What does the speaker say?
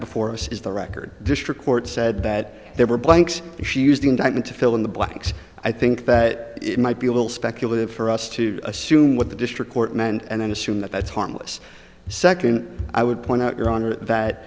before us is the record district court said that there were blanks and she used the indictment to fill in the blanks i think that it might be a little speculative for us to assume what the district court meant and then assume that that's harmless second i would